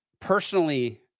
personally